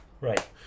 Right